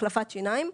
החלפת שיניים,